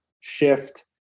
Shift